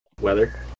Weather